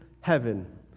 heaven